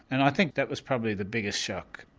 and i think that was probably the biggest shock.